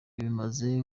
bimaze